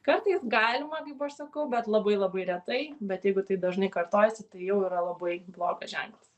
kartais galima kaip aš sakau bet labai labai retai bet jeigu tai dažnai kartojasi tai jau yra labai blogas ženklas